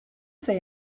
say